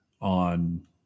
on